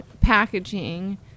packaging